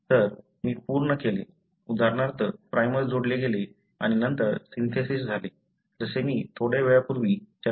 तर मी पूर्ण केले उदाहरणार्थ प्राइमर जोडले गेले आणि नंतर सिन्थेसिस झाले जसे मी थोड्या वेळापूर्वी चर्चा केली